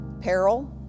Peril